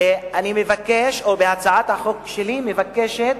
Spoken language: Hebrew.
שאני מבקש, או הצעת החוק שלי מבקשת,